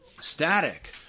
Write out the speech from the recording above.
Static